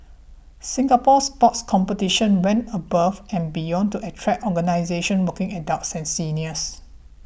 Singapore Sport Competitions went above and beyond to attract organisations working adults and seniors